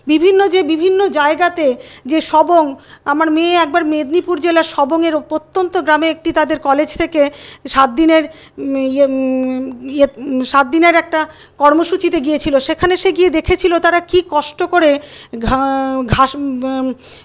বিভিন্ন যে বিভিন্ন জায়গাতে যে সবং আমার মেয়ে একবার মেদনীপুর জেলার সবংয়ের প্রত্যন্ত গ্রামে একটি তাদের কলেজ থেকে সাত দিনের ইয়ে সাত দিনের একটা কর্মসূচীতে গিয়েছিল সেখানে সে গিয়ে দেখেছিল তারা কি কষ্ট করে